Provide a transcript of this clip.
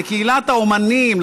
לקהילת האומנים,